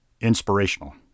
inspirational